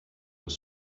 were